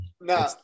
no